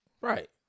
right